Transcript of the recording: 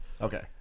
Okay